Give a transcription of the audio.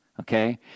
Okay